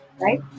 Right